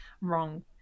wrong